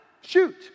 shoot